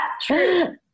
true